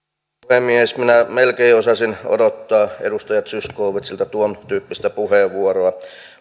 puhemies minä melkein jo osasin odottaa edustaja zyskowiczilta tuontyyppistä puheenvuoroa